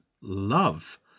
love